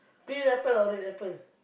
pin apple or red apple